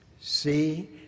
See